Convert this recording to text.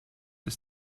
ist